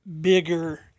bigger